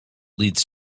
leads